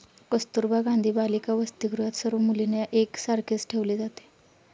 कस्तुरबा गांधी बालिका वसतिगृहात सर्व मुलींना एक सारखेच ठेवले जाते